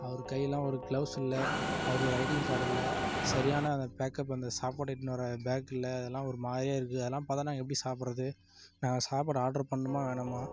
அவர் கையெல்லாம் ஒரு கிளவுஸ் இல்லை அவருக்கு ஐடிங் கார்டு இல்லை சரியான அந்த பேக்கப் அந்த சாப்பாடு எடுத்துன்னு வர பேக்கு இல்லை அதெல்லாம் ஒரு மாதிரியா இருக்கு அதெல்லாம் பார்த்தா நாங்கள் எப்படி சாப்பிட்றது நாங்கள் சாப்பாடை ஆர்டர் பண்ணணுமா வேணாமா